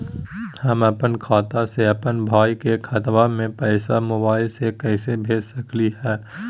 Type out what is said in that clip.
हम अपन खाता से अपन भाई के खतवा में पैसा मोबाईल से कैसे भेज सकली हई?